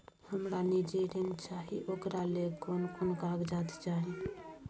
हमरा निजी ऋण चाही ओकरा ले कोन कोन कागजात चाही?